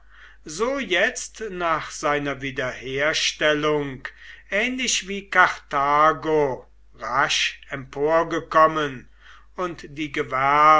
so jetzt nach seiner wiederherstellung ähnlich wie karthago rasch emporgekommen und die